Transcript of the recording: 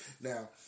Now